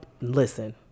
listen